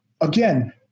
again